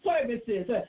services